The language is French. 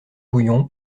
bouillon